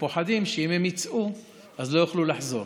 ופוחדים שאם הם יצאו הם לא יוכלו לחזור.